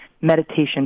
meditation